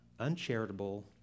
uncharitable